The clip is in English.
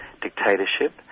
dictatorship